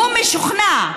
הוא משוכנע,